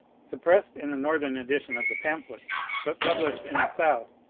suppressed in the northern edition of the pamphlets but published in the south,